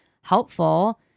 helpful